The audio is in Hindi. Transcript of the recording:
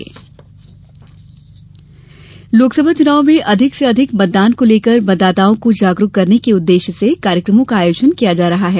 मतदाता जागरूकता लोकसभा चुनाव में अधिक से अधिक मतदान को लेकर मतदाताओं को जागरूक करने के उददेश्य से कार्यक्रमों का आयोजन किया जा रहा है